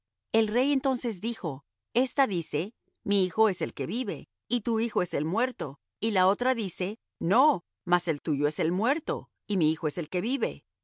el rey entonces dijo esta dice mi hijo es el que vive y tu hijo es el muerto y la otra dice no mas el tuyo es el muerto y mi hijo es el que vive